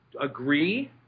agree